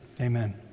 Amen